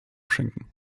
schenken